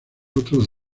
otros